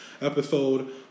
episode